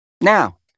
Now